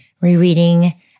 rereading